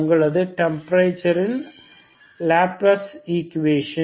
உங்களது டெம்பரேச்சர் இன் Laplace equation